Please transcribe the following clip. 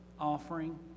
offering